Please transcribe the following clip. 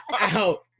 out